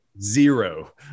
Zero